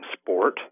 sport